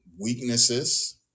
weaknesses